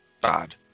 bad